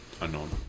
Unknown